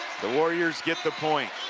the warriors get the point.